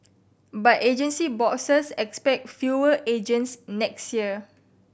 but agency bosses expect fewer agents next year